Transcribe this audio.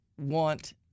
want